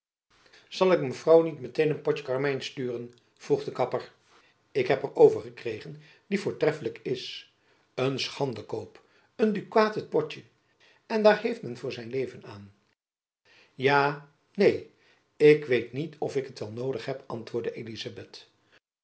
zal ik mevrouw niet met-een een potjen karmijn sturen vroeg de kapper ik heb er overgekregen die voortreffelijk is en schandekoop een dukaat het potjen en daar heeft men voor zijn leven aan ja neen ik weet niet of ik het wel noodig heb antwoordde elizabeth